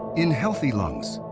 in healthy lungs,